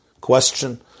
question